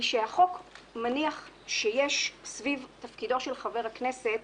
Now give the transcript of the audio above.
שהחוק מניח שיש סביב תפקידו של חבר הכנסת,